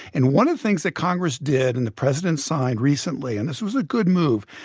and one of the things that congress did and the president signed recently, and this was a good move,